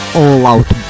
all-out